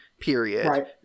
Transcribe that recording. period